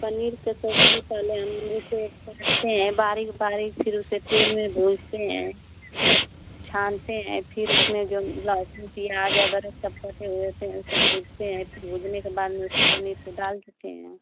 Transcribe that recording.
पनीर की सब्ज़ी पहले हम उसे काटते हैं बारीक बारीक फिर उसे तेल में भूँजते हैं छानते हैं फिर उसमें जौन लहसुन प्याज़ अदरक सब कटे हुए होते हैं उसे भूँजते हैं फिर भूँजने के बाद में उसमें पनीर को डाल देते हैं